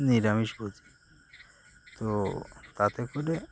নিরামিষভোজী তো তাতে করে